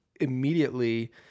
immediately